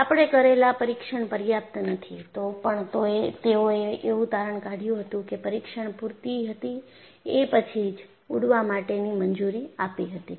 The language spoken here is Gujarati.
આપણે કરેલા પરીક્ષણ પર્યાપ્ત નથીતો પણ તેઓએ એવું તારણ કાઢ્યું હતું કે તે પરીક્ષણ પૂરતી હતી એ પછી જ ઉડવા માટેની મંજૂરી આપી હતી